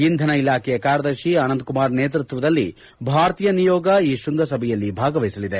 ಇಂಧನ ಇಲಾಖೆಯ ಕಾರ್ಯದರ್ಶಿ ಆನಂದ್ ಕುಮಾರ್ ನೇತೃತ್ವದಲ್ಲಿ ಭಾರತೀಯ ನಿಯೋಗ ಈ ಶೃಂಗಸಭೆಯಲ್ಲಿ ಭಾಗವಹಿಸಲಿದೆ